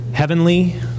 heavenly